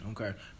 Okay